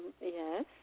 Yes